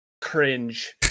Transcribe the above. cringe